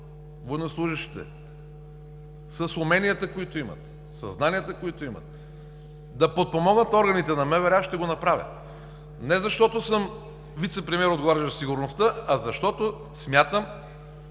военнослужещите с уменията, които имат, със знанията, които имат, да подпомогнат органите на МВР, аз ще го направя. Не защото съм вицепремиер, отговарящ за сигурността, а защото смятам,